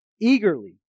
eagerly